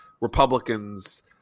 Republicans